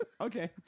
Okay